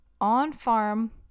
on-farm